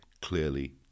clearly